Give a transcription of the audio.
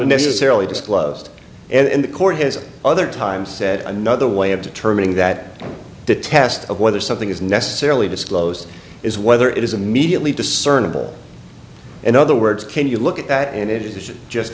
necessarily disclosed and the court has other times said another way of determining that the test of whether something is necessarily disclosed is whether it is immediately discernible in other words can you look at that and it is just